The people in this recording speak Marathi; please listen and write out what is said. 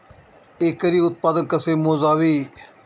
एकरी उत्पादन कसे मोजावे?